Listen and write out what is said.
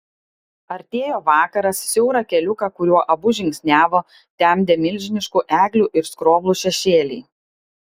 artėjo vakaras siaurą keliuką kuriuo abu žingsniavo temdė milžiniškų eglių ir skroblų šešėliai